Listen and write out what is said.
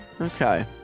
okay